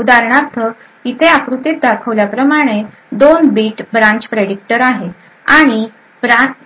उदाहरणार्थ इथे आकृतीत दाखवल्याप्रमाणे दोन बीट ब्रांचप्रेडिक्टरआहे आहे आणि आणि